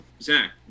Zach